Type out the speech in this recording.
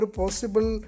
possible